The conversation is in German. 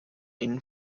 ihnen